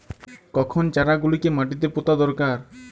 কখন চারা গুলিকে মাটিতে পোঁতা দরকার?